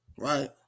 right